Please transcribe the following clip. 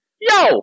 Yo